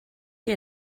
què